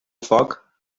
foc